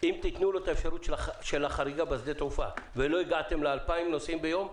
אם תתנו את האישור של החריגה ולא הגעתם ל-2,000 נוסעים ביום,